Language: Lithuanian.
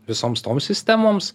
visoms toms sistemoms